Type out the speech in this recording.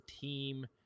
team